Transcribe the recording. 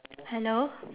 hello